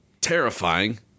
terrifying